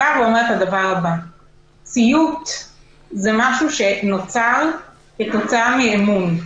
ציות זה משהו שנוצר כתוצאה מאמון.